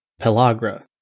pellagra